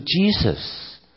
Jesus